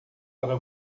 para